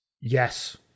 Yes